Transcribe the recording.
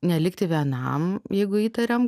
nelikti vienam jeigu įtariam